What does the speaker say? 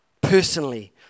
personally